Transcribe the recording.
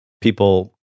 people